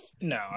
no